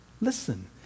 Listen